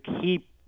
keep